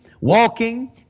walking